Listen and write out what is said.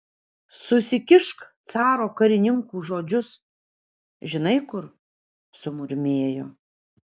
susikišk caro karininkų žodžius žinai kur sumurmėjo